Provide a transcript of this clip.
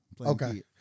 Okay